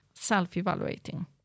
Self-evaluating